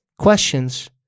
Questions